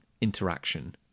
interaction